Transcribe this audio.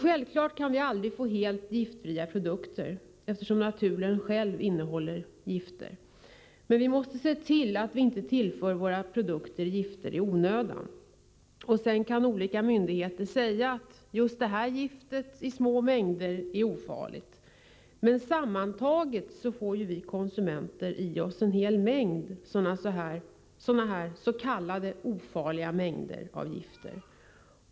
Självklart kan vi aldrig få helt giftfria produkter. Naturen själv innehåller ju gifter. Men vi måste se till att vi inte tillför våra produkter gifter i onödan. Sedan kan olika myndigheter säga att just det här giftet — i små mängder — är ofarligt. Men sammantaget får ju vi konsumenter i oss en hel del sådana här s.k. ofarliga mängder av gifter.